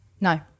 No